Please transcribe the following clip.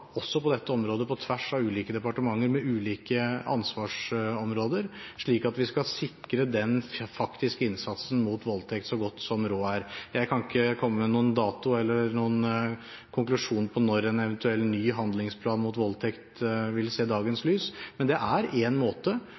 også på dette området på tvers av ulike departementer med ulike ansvarsområder, slik at vi kan sikre den faktiske innsatsen mot voldtekt så godt som råd er. Jeg kan ikke komme med noen dato eller noen konklusjon på når en eventuell ny handlingsplan mot voldtekt vil se dagens lys, men det er en måte